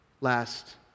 last